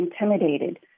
intimidated